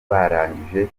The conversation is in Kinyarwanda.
barangije